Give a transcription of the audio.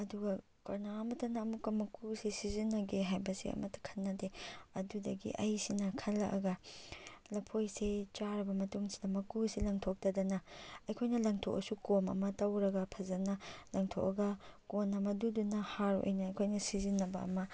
ꯑꯗꯨꯒ ꯀꯅꯥꯃꯠꯇꯅ ꯑꯃꯨꯛꯀ ꯃꯀꯨꯁꯦ ꯁꯤꯖꯤꯟꯅꯒꯦ ꯍꯥꯏꯕꯁꯦ ꯑꯃꯠꯇ ꯈꯟꯅꯗꯦ ꯑꯗꯨꯗꯒꯤ ꯑꯩꯁꯤꯅ ꯈꯜꯂꯛꯑꯒ ꯂꯐꯣꯏꯁꯦ ꯆꯥꯔꯕ ꯃꯇꯨꯡꯁꯤꯗ ꯃꯀꯨꯁꯦ ꯂꯪꯊꯣꯛꯇꯗꯅ ꯑꯩꯈꯣꯏꯅ ꯂꯪꯊꯣꯛꯑꯁꯨ ꯀꯣꯝ ꯑꯃ ꯇꯧꯔꯒ ꯐꯖꯅ ꯂꯪꯊꯣꯛꯑꯒ ꯀꯣꯟꯅ ꯃꯗꯨꯗꯨꯅ ꯍꯥꯔ ꯑꯣꯏꯅ ꯑꯩꯈꯣꯏꯅ ꯁꯤꯖꯤꯟꯅꯕ ꯑꯃ